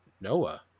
Noah